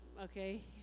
okay